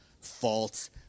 false